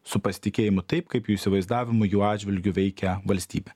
su pasitikėjimu taip kaip jų įsivaizdavimu jų atžvilgiu veikia valstybė